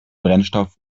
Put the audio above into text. brennstoff